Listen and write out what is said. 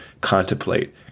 contemplate